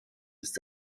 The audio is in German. ist